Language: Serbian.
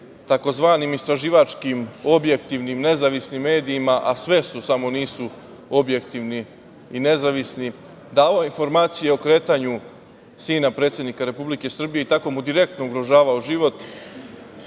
tzv. istraživačkim, objektivnim, nezavisnim medijima, a sve su samo nisu objektivni i nezavisni davao informacije o kretanju sina predsednika Republike Srbije i tako mu direktno ugrožavao život,